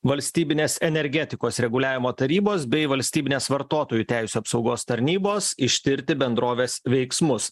valstybinės energetikos reguliavimo tarybos bei valstybinės vartotojų teisių apsaugos tarnybos ištirti bendrovės veiksmus